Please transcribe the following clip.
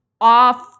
off